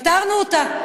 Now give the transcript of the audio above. פתרנו אותה.